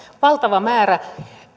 valtava määrä